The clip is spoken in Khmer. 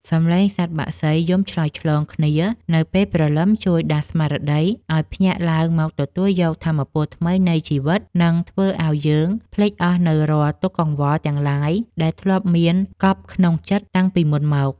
សំឡេងសត្វបក្សីយំឆ្លើយឆ្លងគ្នានៅពេលព្រលឹមជួយដាស់ស្មារតីឱ្យភ្ញាក់ឡើងមកទទួលយកថាមពលថ្មីនៃជីវិត និង ធ្វើឱ្យយើងភ្លេចអស់នូវរាល់ទុក្ខកង្វល់ទាំងឡាយដែលធ្លាប់មានកប់ក្នុងចិត្តតាំងពីមុនមក។